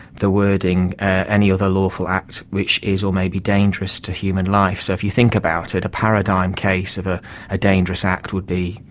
the wording any other lawful act which is or may be dangerous to human life. so if you think about it, a paradigm case of a ah dangerous act would be,